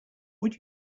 would